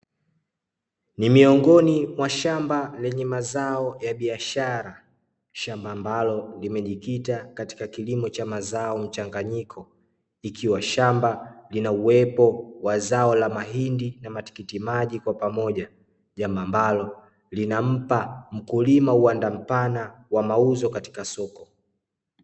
Ni miongoni mwa shamba lenye mazao ya biashara, shamba ambalo limejikita katika kilimo cha mazoa mchanganyiko, ikiwa shamba lina uwepo wa zao la mahindi na matikiti maji kwa pamoja, jambo ambalo linampa mkulima uwanda mpana wa mauzo katka masoko.